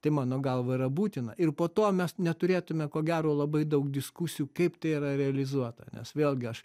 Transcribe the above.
tai mano galva yra būtina ir po to mes neturėtume ko gero labai daug diskusijų kaip tai yra realizuota nes vėlgi aš